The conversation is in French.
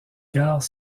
gares